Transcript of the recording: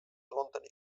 londoni